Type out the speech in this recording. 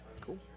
Cool